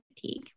fatigue